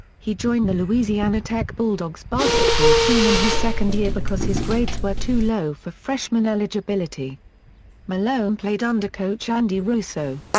he joined the louisiana tech bulldogs basketball team in his second year because his grades were too low for freshman eligibility malone played under coach andy russo.